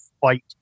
fight